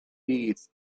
bydd